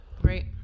Great